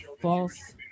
false